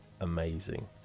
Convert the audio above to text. amazing